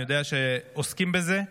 אני יודע שעוסקים בזה.